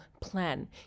plan